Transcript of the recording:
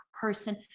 person